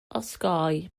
osgoi